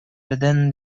within